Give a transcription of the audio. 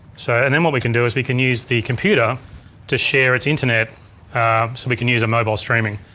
so and then what we can do is we can use the computer to share its internet so we can use a mobile streaming.